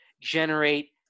generate